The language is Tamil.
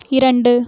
இரண்டு